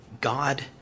God